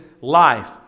life